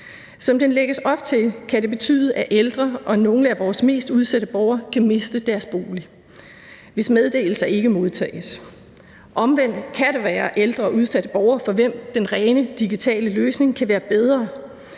Som der lægges op til, kan det betyde, at ældre og nogle af vores mest udsatte borgere kan miste deres bolig, hvis meddelelser ikke modtages. Omvendt kan der være ældre og udsatte borgere for hvem den rene digitale løsning kan være bedre.